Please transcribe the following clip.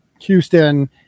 Houston